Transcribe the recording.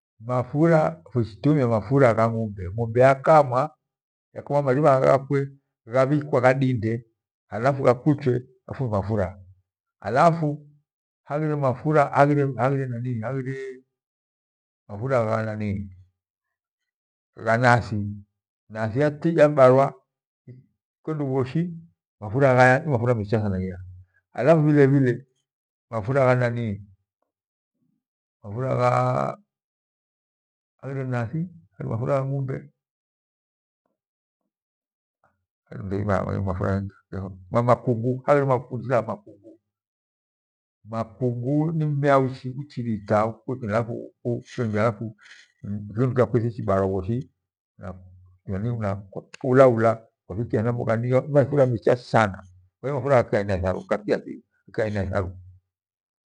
Mafura fuchitumia mafura gha ng’umbe ng'umbe yakamwa mwariha ghakwe ghabhikwa ghadinde halafu ghakuchwe ghafume mafura. Halafu haghire mafura gha naniii ghanathi nathi yabarwa ikonuwe bhoshi mafura ghaya nimafura mesha thana gheya halafu bhilebhile mafura gha nanii mafura gha haghire nathi mafuragha ng’umbe naleibhwa mafura bhengi haghire makungu makungu ni mmea uchirika halafu mbethakwe tichi barwa bhoshi kwaulaula kirabhia hena mbogha nimafura mecha thana kwahiyo mafura ghake aina itharu.